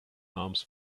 arms